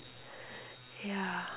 ya